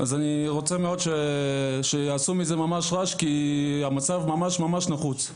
אני רוצה שיעשו מזה רעש כי המצב ממש ממש נחוץ.